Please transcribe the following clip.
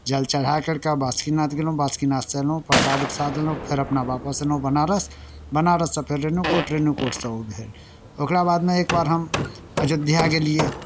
जल चढ़ाए करि कऽ बासुकीनाथ गेलहुँ बासुकीनाथसँ अयलहुँ परसाद उरसाद लेलहुँ फेर अपना वापस अयलहुँ बनारस बनारससँ फेर रेणुकूट रेणुकूटसँ ओ भेल ओकरा बादमे एक बार हम अयोध्या गेलियै